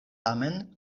tamen